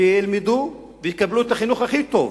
שילמדו ויקבלו את החינוך הכי טוב,